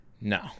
No